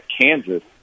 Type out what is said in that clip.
Kansas